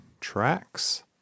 tracks